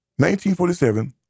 1947